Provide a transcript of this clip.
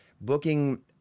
booking